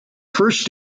first